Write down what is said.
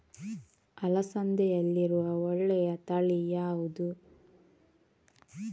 ಅಲಸಂದೆಯಲ್ಲಿರುವ ಒಳ್ಳೆಯ ತಳಿ ಯಾವ್ದು?